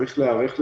צריך להיערך לזה,